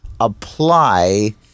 apply